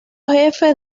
jefe